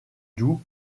doux